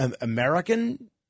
American